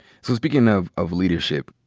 so speaking of of leadership,